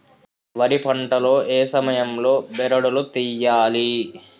వరి పంట లో ఏ సమయం లో బెరడు లు తియ్యాలి?